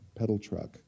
Pedaltruck